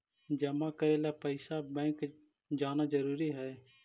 जमा करे ला पैसा बैंक जाना जरूरी है?